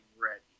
ready